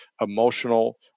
emotional